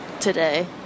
today